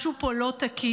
משהו פה לא תקין".